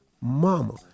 mama